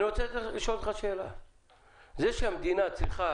זה שהמדינה צריכה